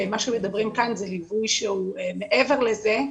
מה שמדברים כאן זה ליווי שהוא מעבר לזה,